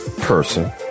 person